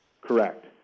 Correct